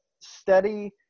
steady